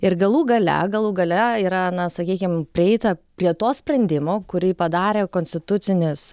ir galų gale galų gale yra na sakykim prieita prie to sprendimo kurį padarė konstitucinis